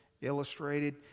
illustrated